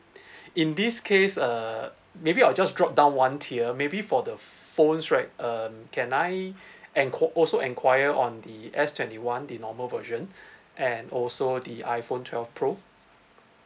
in this case uh maybe I'll just drop down one tier maybe for the phones right um can I enq~ also enquire on the S twenty one the normal version and also the the iphone twelve pro